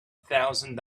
thousand